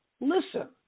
Listen